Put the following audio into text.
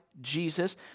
Jesus